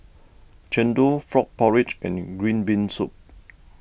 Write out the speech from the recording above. Chendol Frog Porridge and Green Bean Soup